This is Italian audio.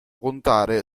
contare